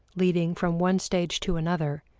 leading from one stage to another,